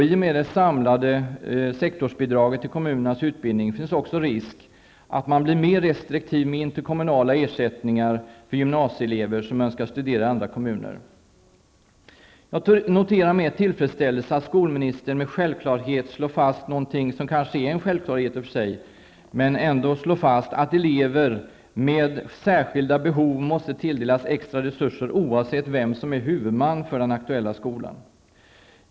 I och med det samlade sektorsbidraget till kommunernas utbildning finns också en risk att man blir mer restriktiv med interkommunala ersättningar för gymnasieelever som önskar studera i andra kommuner. Jag noterar med tillfredsställelse att skolministern med självklarhet slår fast något som kanske i och för sig är en självklarhet, nämligen att elever med särskilda behov måste tilldelas extra resurser oavsett vem som är huvudman för den aktuella skolan.